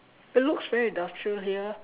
it looks very industrial here